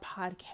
podcast